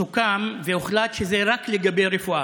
סוכם והוחלט שזה רק לגבי רפואה.